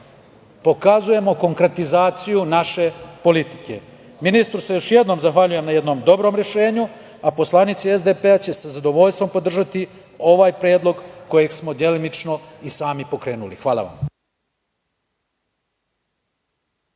pokazujemo konkretizaciju naše politike. Ministru se još jednom zahvaljujem na jednom dobrom rešenju, a poslanici SDP će sa zadovoljstvom podržati ovaj predlog koji smo delimično i sami pokrenuli. Hvala vam.